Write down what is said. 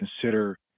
consider